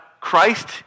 Christ